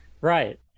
Right